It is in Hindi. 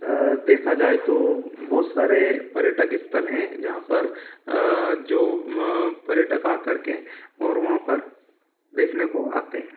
देखा जाए तो बहुत सारे पर्यटक स्थल है जहाँ पर जो पर्यटक आकर के और वहाँ पर देखने को आते हैं